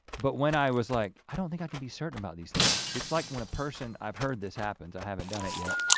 but when i was like i don't think i can be certain about these things, it's like when a person i've heard this happens, i haven't done it yet.